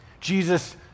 Jesus